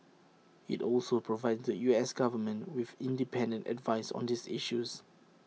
IT also provides the U S Government with independent advice on these issues